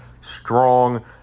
strong